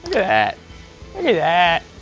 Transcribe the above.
at that.